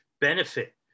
benefit